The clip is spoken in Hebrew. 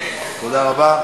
תודה רבה.